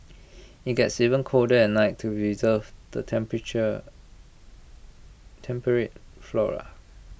IT gets even colder at night to preserve the temperature temperate flora